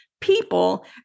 people